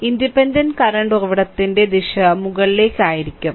independent current ഉറവിടത്തിന്റെ ദിശ മുകളിലേക്ക് ആയിരിക്കും